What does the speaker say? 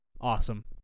Awesome